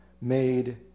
made